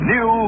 New